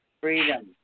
Freedom